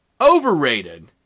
overrated